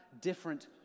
different